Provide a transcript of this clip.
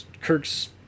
Kirk's